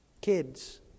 Kids